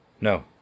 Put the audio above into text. No